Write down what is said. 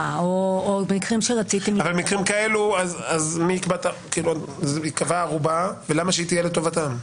--- אבל במקרים כאלה למה שהערובה תהיה לטובתם?